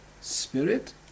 spirit